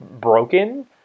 broken